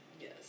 Yes